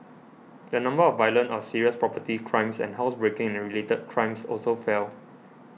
the number of violent or serious property crimes and housebreaking and related crimes also fell